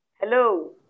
Hello